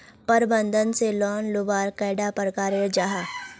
प्रबंधन से लोन लुबार कैडा प्रकारेर जाहा?